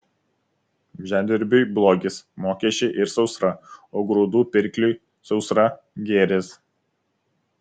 žemdirbiui blogis mokesčiai ir sausra o grūdų pirkliui sausra gėris